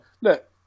Look